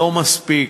לא מספיק.